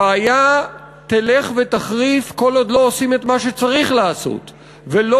הבעיה תלך ותחריף כל עוד לא עושים את מה שצריך לעשות ולא